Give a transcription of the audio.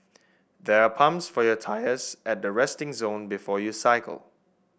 there are pumps for your tyres at the resting zone before you cycle